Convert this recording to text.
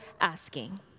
asking